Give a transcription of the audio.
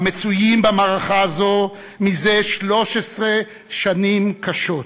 המצויים במערכה זו מזה 13 שנים קשות.